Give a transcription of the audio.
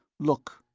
look.